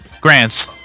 Grants